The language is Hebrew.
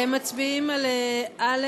מצביעים על לחלופין (א)